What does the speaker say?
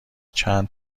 چند